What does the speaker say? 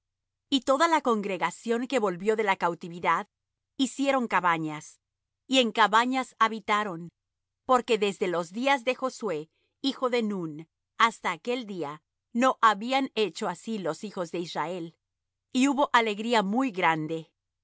y toda la congregación que volvió de la cautividad hicieron cabañas y en cabañas habitaron porque desde los días de josué hijo de nun hasta aquel día no habían hecho así los hijos de israel y hubo alegría muy grande y